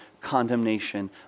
condemnation